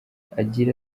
agira